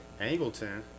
Angleton